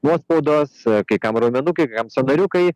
nuospaudos kai kam raumenukai kai kam sąnariukai